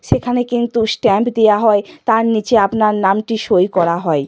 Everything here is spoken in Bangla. সেখানে কিন্তু স্ট্যাম্প দেওয়া হয় তার নিচে আপনার নামটি সই করা হয়